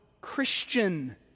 Christian